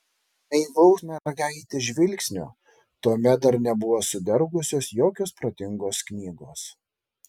naivaus mergaitės žvilgsnio tuomet dar nebuvo sudergusios jokios protingos knygos